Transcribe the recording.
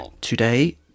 today